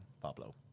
Pablo